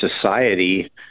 society